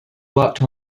worked